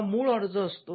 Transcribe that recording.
हा मूळ अर्ज असतो